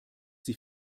sie